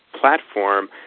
platform